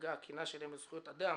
הדאגה הכנה שלהם לזכויות אדם